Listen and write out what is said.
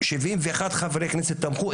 71 חברי כנסת תמכו,